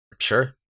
sure